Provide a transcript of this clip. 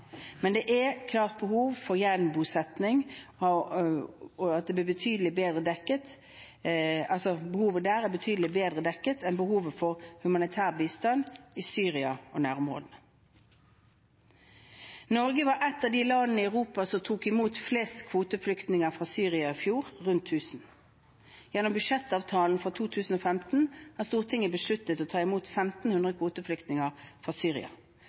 men det er klart at behovet er betydelig bedre dekket enn behovet for humanitær bistand i Syria og nærområdene. Norge var et av de landene i Europa som tok imot flest kvoteflyktninger fra Syria i fjor – rundt 1 000. Gjennom budsjettavtalen for 2015 har Stortinget besluttet å ta imot 1 500 kvoteflyktninger fra Syria,